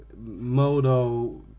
modo